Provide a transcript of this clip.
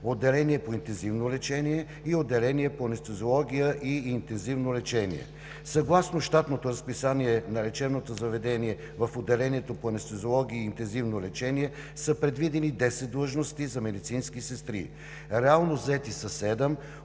Отделение по интензивно лечение и Отделение по анестезиология и интензивно лечение. Съгласно щатното разписание на лечебното заведение в Отделението по анестезиология и интензивно лечение са предвидени 10 длъжности за медицински сестри. Реално заети са